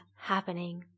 happening